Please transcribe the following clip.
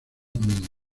mínimo